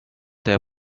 der